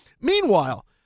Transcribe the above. Meanwhile